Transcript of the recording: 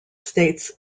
states